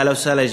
אהלן וסהלן,